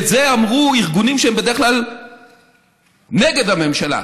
את זה אמרו ארגונים שהם בדרך כלל נגד הממשלה,